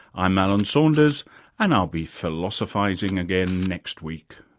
i'm alan saunders and i'll be philosophising again next week